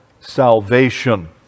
salvation